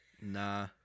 Nah